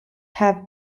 have